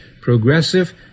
progressive